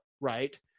right